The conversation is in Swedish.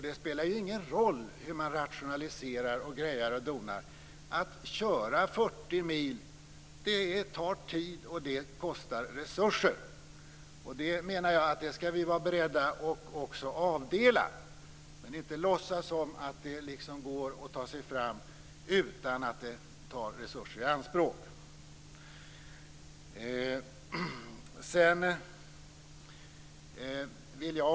Det spelar ingen roll hur man rationaliserar, grejar och donar. Att köra 40 mil tar tid, och det kostar resurser. Det menar jag att vi skall vara beredda att avdela. Men vi skall inte låtsas som att det går att ta sig fram utan att det tar resurser i anspråk.